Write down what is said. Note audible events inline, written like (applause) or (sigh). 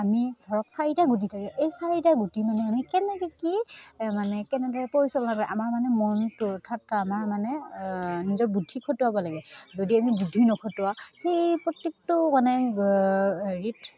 আমি ধৰক চাৰিটা গুটি থাকে এই চাৰিটা গুটি মানে আমি কেনেকৈ কি মানে কেনেদৰে পৰিচালনা কৰে আমাৰ মানে মনটোৰ অৰ্থাৎ আমাৰ মানে নিজৰ বুদ্ধি খটুৱাব লাগে যদি আমি বুদ্ধি নখটুৱাওঁ সেই প্ৰত্যেকটো মানে (unintelligible) হেৰিত